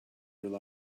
rely